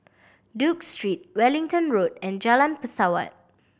Duke Street Wellington Road and Jalan Pesawat